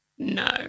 No